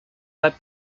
web